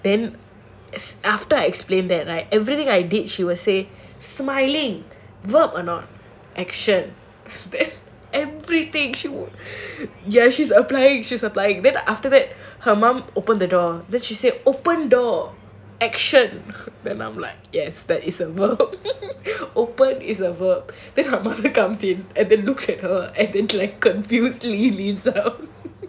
then after I explained that right everything I did she would say smiling verb or not action then everything she yes she's applying she's applying then after that her mum open the door that she said open door action yes that is a verb open is a verb then her mother comes in and looks at her then confusly leaves her